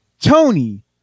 Tony